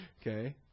Okay